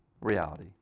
reality